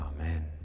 Amen